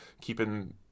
keeping